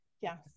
Yes